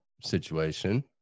situation